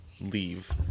leave